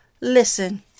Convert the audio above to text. Listen